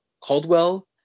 Caldwell